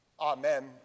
Amen